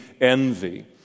envy